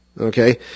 Okay